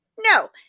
No